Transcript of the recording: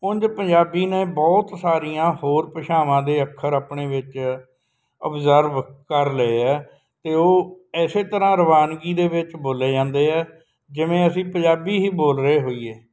ਉਂਝ ਪੰਜਾਬੀ ਨੇ ਬਹੁਤ ਸਾਰੀਆਂ ਹੋਰ ਭਾਸ਼ਾਵਾਂ ਦੇ ਅੱਖਰ ਆਪਣੇ ਵਿੱਚ ਓਬਜਰਵ ਕਰ ਲਏ ਹੈ ਅਤੇ ਉਹ ਇਸੇ ਤਰ੍ਹਾਂ ਰਵਾਨਗੀ ਦੇ ਵਿੱਚ ਬੋਲੇ ਜਾਂਦੇ ਆ ਜਿਵੇਂ ਅਸੀਂ ਪੰਜਾਬੀ ਹੀ ਬੋਲ ਰਹੇ ਹੋਈਏ